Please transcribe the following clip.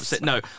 no